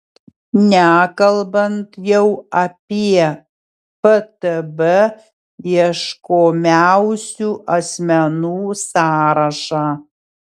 nekalbant jau apie ftb ieškomiausių asmenų sąrašą